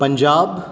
Punjab